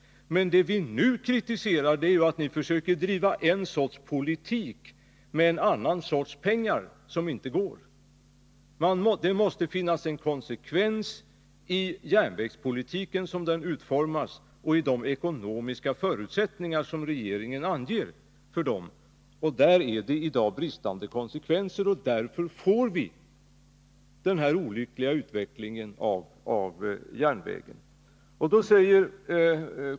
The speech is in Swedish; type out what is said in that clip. Men det vi nu kritiserar är ju att ni försöker driva en sorts politik och en annan sorts ekonomi. Det måste finnas en överensstämmelse mellan järnvägspolitiken som den utformas och de ekonomiska förutsättningar som regeringen anger. I dag är det brist på konsekvens, och därför får vi den här olyckliga utvecklingen när det gäller järnvägen.